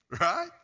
Right